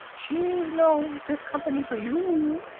she's no fit company for you!